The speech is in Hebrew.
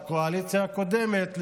בקואליציה הקודמת,